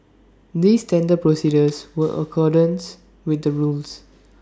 these tender procedures were in accordance with the rules